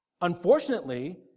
Unfortunately